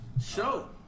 Show